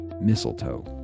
mistletoe